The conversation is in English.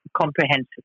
comprehensive